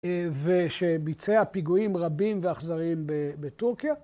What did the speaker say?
ושביצע פיגועים רבים ואכזריים בטורקיה.